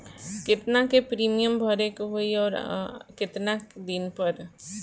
केतना के प्रीमियम भरे के होई और आऊर केतना दिन पर?